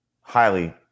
highly